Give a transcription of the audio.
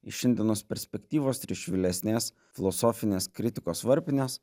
iš šiandienos perspektyvos ir iš vėlesnės filosofinės kritikos varpinės